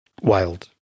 wild